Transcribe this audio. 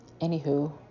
Anywho